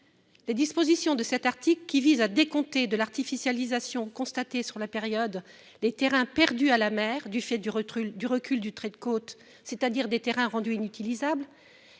Les dispositions de cet article qui visent à décompter de l'artificialisation constatée sur la période les terrains « perdus à la mer » du fait du recul du trait de côte, c'est-à-dire rendus inutilisables,